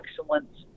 excellence